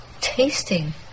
tasting